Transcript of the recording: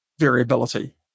Variability